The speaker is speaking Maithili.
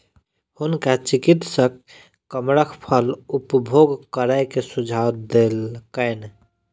हुनका चिकित्सक कमरख फल उपभोग करै के सुझाव देलकैन